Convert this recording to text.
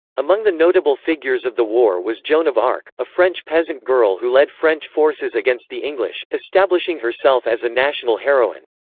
among the notable figures of the war was joan of arc, a french peasant girl who led french forces against the english, establishing herself as a national heroine.